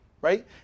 Right